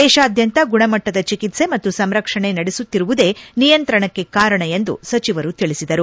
ದೇಶಾದ್ಯಂತ ಗುಣಮಟ್ಟದ ಚಿಕಿತ್ಸೆ ಮತ್ತು ಸಂರಕ್ಷಣೆ ನಡೆಸುತ್ತಿರುವುದೇ ನಿಯಂತ್ರಣಕ್ಕೆ ಕಾರಣ ಎಂದು ಸಚಿವರು ತಿಳಿಸಿದರು